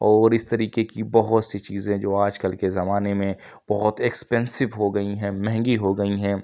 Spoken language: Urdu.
اور اِس طریقے کی بہت سی چیزیں جو آج کل کے زمانے میں بہت ایکسپینسیو ہو گئی ہیں مہنگی ہو گئی ہیں